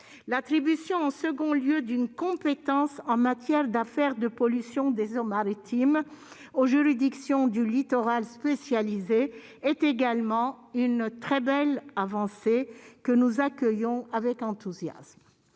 L'attribution, en second lieu, d'une compétence en matière d'affaires de pollution des eaux maritimes aux juridictions du littoral spécialisées est également une très belle avancée, que nous accueillons avec enthousiasme.